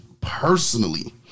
Personally